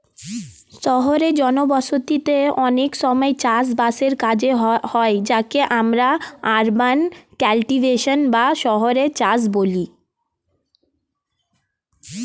শহুরে জনবসতিতে অনেক সময় চাষ বাসের কাজ হয় যাকে আমরা আরবান কাল্টিভেশন বা শহুরে চাষ বলি